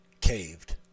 caved